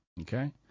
Okay